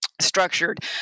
structured